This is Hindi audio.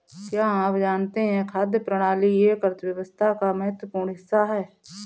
क्या आप जानते है खाद्य प्रणाली एक अर्थव्यवस्था का महत्वपूर्ण हिस्सा है?